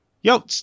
yo